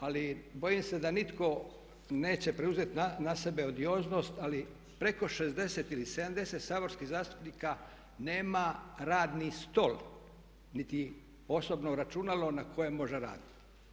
Ali bojim se da nitko neće preuzeti na sebe odioznost ali preko 60 ili 70 saborskih zastupnika nema radni stol niti osobno računalo na kojem može raditi.